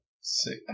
six